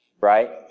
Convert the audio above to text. right